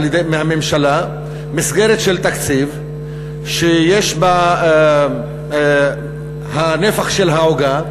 מקבלים מהממשלה מסגרת של תקציב שיש בה את נפח העוגה,